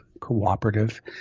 cooperative